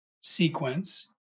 sequence